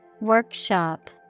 Workshop